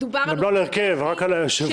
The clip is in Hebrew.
גם לא על ההרכב, רק על היושב-ראש.